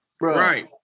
Right